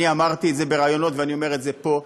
אני אמרתי את זה בראיונות ואני אומר את זה פה.